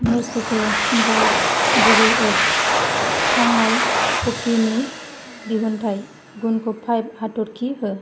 Nescafé Gold गुबै एवखांनाय कफिनि दिहुनथाइ गुनखौ फाइभ हाथरखि हो